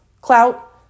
Clout